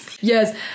Yes